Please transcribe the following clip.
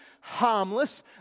harmless